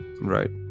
Right